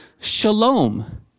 shalom